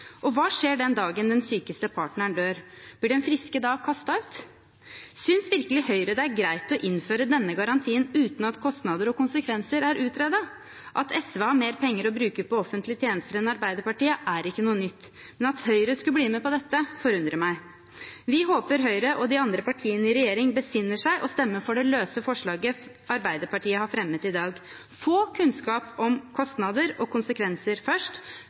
Hva skjer den dagen den syke partneren dør? Blir den friske da kastet ut? Syns virkelig Høyre det er greit å innføre denne garantien uten at kostnader og konsekvenser er utredet? At SV har mer penger å bruke på offentlige tjenester enn Arbeiderpartiet, er ikke noe nytt, men at Høyre skulle bli med på dette, forundrer meg. Vi håper Høyre og de andre partiene i regjering besinner seg og stemmer for det løse forslaget Arbeiderpartiet har fremmet i dag, om å få kunnskap om kostnader og konsekvenser først